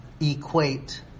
equate